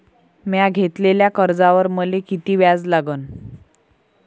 म्या घेतलेल्या कर्जावर मले किती व्याज लागन?